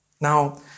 Now